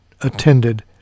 attended